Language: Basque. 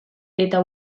eta